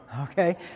Okay